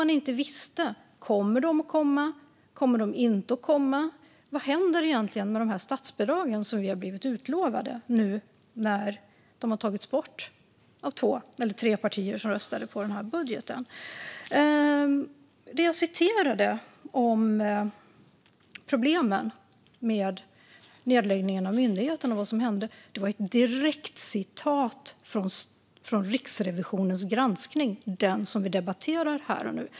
Man visste inte om de skulle komma eller inte och vad som egentligen skulle hända med de statsbidrag som man blivit utlovad när de tagits bort av tre partier som röstade för denna budget. Det som jag sa om problemen med nedläggningen av myndigheten och vad som hände var taget direkt från Riksrevisionens granskning och som vi debatterar här och nu.